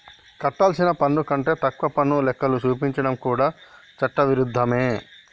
కట్టాల్సిన పన్ను కంటే తక్కువ పన్ను లెక్కలు చూపించడం కూడా చట్ట విరుద్ధమే